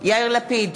יאיר לפיד,